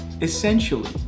essentially